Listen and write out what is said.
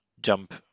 jump